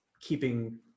keeping